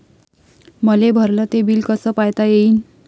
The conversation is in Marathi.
मले भरल ते बिल कस पायता येईन?